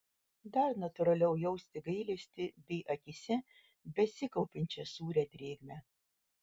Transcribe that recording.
dar natūraliau jausti gailestį bei akyse besikaupiančią sūrią drėgmę